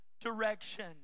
direction